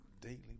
Daily